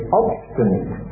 obstinate